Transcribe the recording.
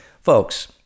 Folks